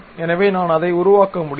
எனவே நான் அதை உருவாக்க முடியும்